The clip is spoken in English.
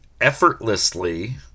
effortlessly